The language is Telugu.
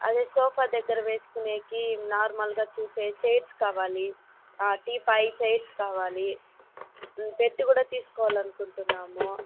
అదే సోఫా దగ్గర వేసుకునే నార్మల్గా చూసే చైర్స్ కావాలి టీపాయి కావాలి బెడ్డు కూడా తీసుకోవాలనుకుంటున్నాము